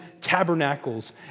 tabernacles